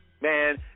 Man